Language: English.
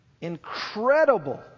incredible